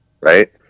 Right